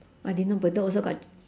!wah! didn't know bedok also got